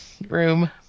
room